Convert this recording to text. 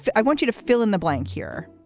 i want you to fill in the blank here.